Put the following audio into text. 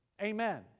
Amen